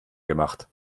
gemacht